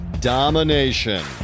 Domination